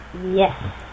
Yes